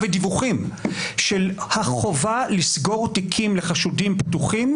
ודיווחים של החובה לסגור תיקים לחשודים פתוחים,